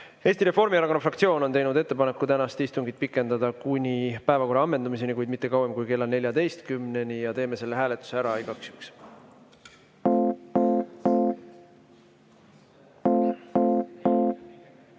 Eesti Reformierakonna fraktsioon on teinud ettepaneku tänast istungit pikendada kuni päevakorra ammendumiseni, kuid mitte kauem kui kella 14-ni. Teeme selle hääletuse ära, igaks